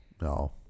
No